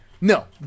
No